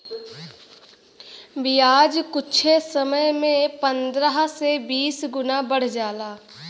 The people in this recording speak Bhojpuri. बियाज कुच्छे समय मे पन्द्रह से बीस गुना बढ़ जाला